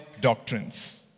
doctrines